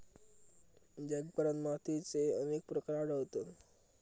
जगभरात मातीचे अनेक प्रकार आढळतत